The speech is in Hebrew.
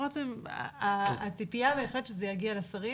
בהחלט הציפייה היא שזה יגיע לשרים.